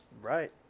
Right